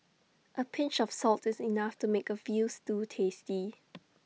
A pinch of salt is enough to make A Veal Stew tasty